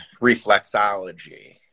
reflexology